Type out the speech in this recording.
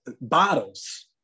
bottles